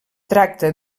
tracta